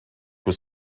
was